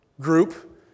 group